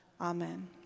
Amen